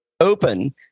Open